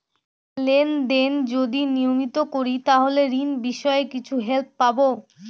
Lane দেন যদি নিয়মিত করি তাহলে ঋণ বিষয়ে কিছু হেল্প পাবো?